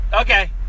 Okay